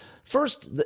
First